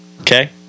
Okay